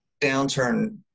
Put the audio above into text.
downturn